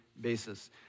basis